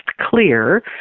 clear